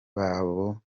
baho